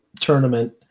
tournament